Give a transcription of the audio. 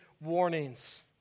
warnings